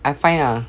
I find ah